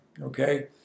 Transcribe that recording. Okay